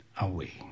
away